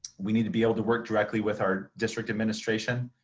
we need to be able to work directly with our district administration,